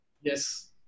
Yes